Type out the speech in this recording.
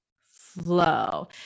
flow